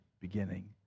beginning